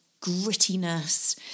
grittiness